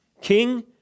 King